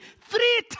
Three